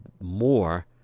more